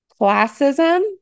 Classism